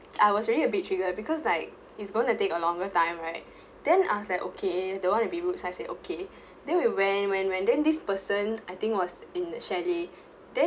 I was already a bit triggered because like it's gonna take a longer time right then I was like okay don't wanna be rude so I said okay then we when when when then this person I think was in the chalet then